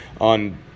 on